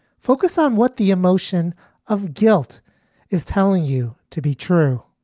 focus on what the emotion of guilt is telling you to be true.